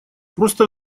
просто